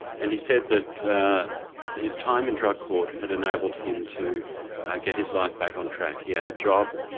and he said that his time in drug court had enabled him to get his life back on track. he had a job,